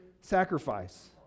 sacrifice